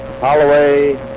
Holloway